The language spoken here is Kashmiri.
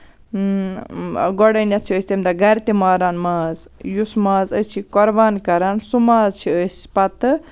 اۭں گۄڈٕنیٚتھ چھِ أسۍ تَمہِ دۄہ گرِ تہِ ماران ماز یُس ماز أسۍ چھِ قۄربان کران سُہ ماز چھِ أسۍ پَتہٕ